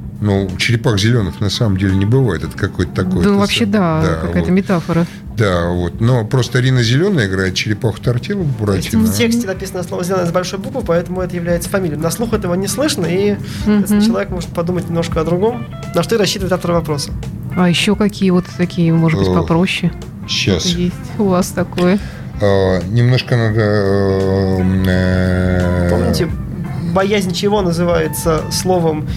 Ну, черепах зелёных на самом деле не бывает. Это какой-то такой- Да, это вообще сам- да, да, какая-то вот. метафора. Да, вот. Но просто Рина Зелёная играет черепаху Тортилу в То есть Буратино, в а? тексте написано слово «зелёное» с большой буквы, поэтому это является фамилией. На слух этого не слышно, и, соответственно, Мгм. человек может подумать немножко о другом. На что и рассчитывает автор вопроса. А ещё какие вот такие, может быть, О, попроще? щас. Что-то есть у вас такое? А, немножко надо, э, Помните, «Боязнь чего» называется словом,